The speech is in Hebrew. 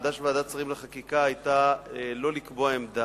העמדה של ועדת השרים לחקיקה היתה לא לקבוע עמדה,